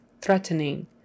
Threatening